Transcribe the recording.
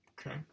Okay